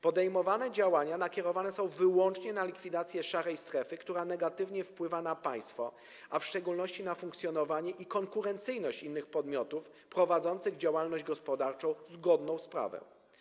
Podejmowane działania nakierowane są wyłącznie na likwidację szarej strefy, która negatywnie wpływa na państwo, a w szczególności na funkcjonowanie i konkurencyjność innych podmiotów prowadzących działalność gospodarczą zgodną z prawem.